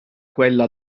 quella